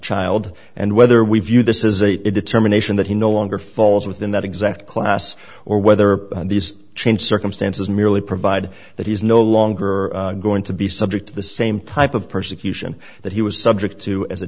child and whether we view this is a determination that he no longer falls within that exact class or whether these change circumstances merely provide that he's no longer going to be subject to the same type of persecution that he was subject to a